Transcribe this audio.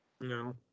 No